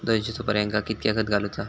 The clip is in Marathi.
दोनशे सुपार्यांका कितक्या खत घालूचा?